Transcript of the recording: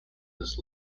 this